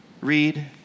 Read